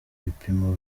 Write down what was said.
ibipimo